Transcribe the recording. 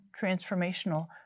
transformational